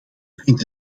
vindt